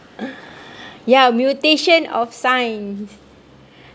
ya mutation of science